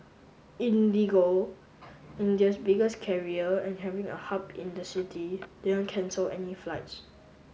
IndiGo India's biggest carrier and having a hub in the city didn't cancel any flights